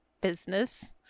business